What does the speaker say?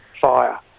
fire